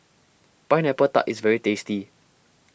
Pineapple Tart is very tasty